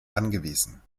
angewiesen